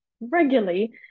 regularly